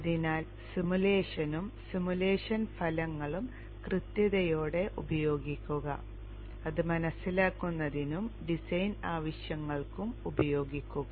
അതിനാൽ സിമുലേഷനും സിമുലേഷൻ ഫലങ്ങളും കൃത്യതയോടെ ഉപയോഗിക്കുക അത് മനസിലാക്കുന്നതിനും ഡിസൈൻ ആവശ്യങ്ങൾക്കും ഉപയോഗിക്കുക